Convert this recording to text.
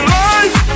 life